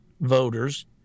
voters